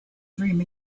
dream